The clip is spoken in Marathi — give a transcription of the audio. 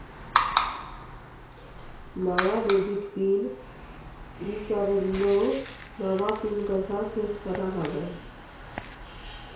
माया डेबिट पिन ईसरलो, नवा पिन कसा सेट करा लागन?